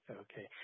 okay